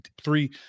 three